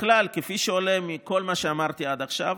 כפי שעולה מכל מה שאמרתי עד עכשיו,